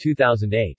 2008